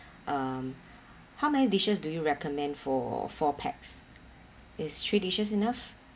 um how many dishes do you recommend for four pax is three dishes enough